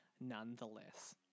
nonetheless